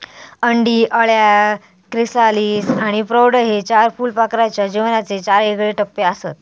अंडी, अळ्या, क्रिसालिस आणि प्रौढ हे चार फुलपाखराच्या जीवनाचे चार येगळे टप्पेआसत